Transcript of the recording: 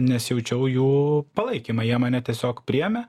nes jaučiau jų palaikymą jie mane tiesiog priėmė